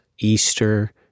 easter